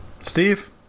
Steve